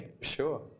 sure